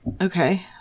Okay